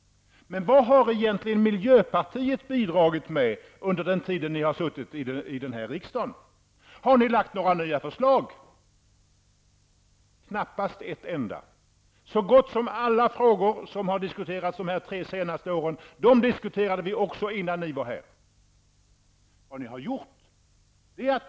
Men vad har miljöpartiet bidragit med under den tid ni har suttit i riksdagen? Har ni lagt några nya förslag? Knappast ett enda. Så gott som alla frågor som har diskuterats de tre senaste åren, diskuterades även innan ni kom in i riksdagen.